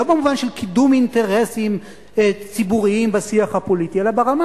לא במובן של קידום אינטרסים ציבוריים בשיח הפוליטי אלא ברמה